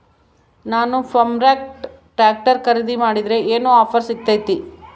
ನಾನು Farmtrac tractor ಖರೇದಿ ಮಾಡಿದ್ರೆ ಏನು ಆಫರ್ ಸಿಗ್ತೈತಿ?